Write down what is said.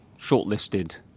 shortlisted